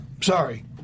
Sorry